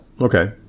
Okay